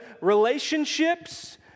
relationships